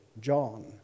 John